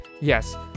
Yes